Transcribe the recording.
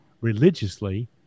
religiously